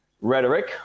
rhetoric